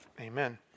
Amen